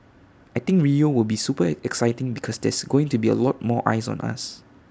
I think Rio will be super exciting because there's going to be A lot more eyes on us